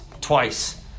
twice